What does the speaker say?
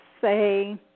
say